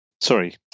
sorry